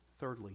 Thirdly